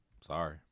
sorry